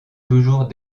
toujours